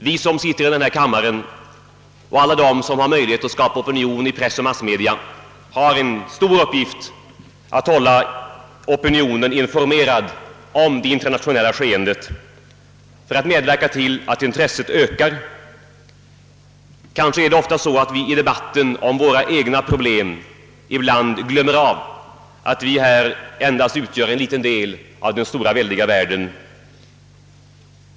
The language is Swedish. Vi som sitter i denna kammare och alla de som har möjlighet att skapa opinion i press och andra massmedia har en stor uppgift i att hålla opinionen informerad om det internationella skeendet för att medverka till att intresset för detta ökar. Kanske glömmer vi ibland i debatten kring våra egna problem att vi endast utgör en liten del av den väldiga världen.